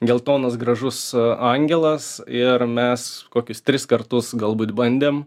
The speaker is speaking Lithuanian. geltonas gražus angelas ir mes kokius tris kartus galbūt bandėm